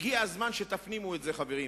הגיע הזמן שתפנימו את זה, חברים.